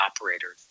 operators